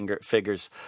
figures